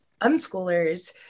unschoolers